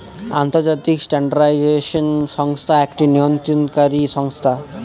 আন্তর্জাতিক স্ট্যান্ডার্ডাইজেশন সংস্থা একটি নিয়ন্ত্রণকারী সংস্থা